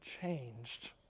changed